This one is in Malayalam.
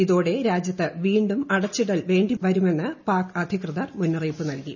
ഇതോടെ രാജ്യത്ത് വീണ്ടും അടച്ചിടൽ വേണ്ടിവരുമെന്ന് പാക് അധിതർ മുന്നറിയിപ്പ് നൽകി